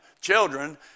Children